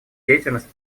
деятельность